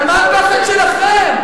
אבל מה הפחד שלכם?